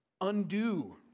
undo